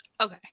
okay